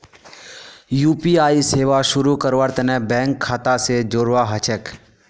UPI सेवा शुरू करवार तने बैंक खाता स जोड़वा ह छेक